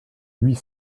huit